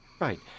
Right